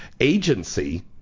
Agency